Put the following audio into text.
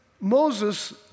Moses